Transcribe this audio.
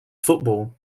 football